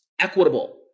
equitable